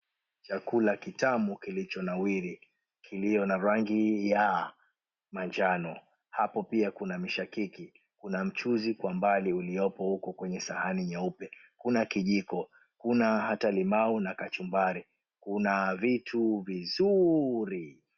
Chakula kitamu kilichonawiri kilio na rangi ya manjano. Hapo pia kuna mishakiki kuna mchuzi kwa mbali uliopo uko kwenye sahani nyeupe, kuna kijiko kuna hata limau na kachumbari. Kuna vitu vizurii.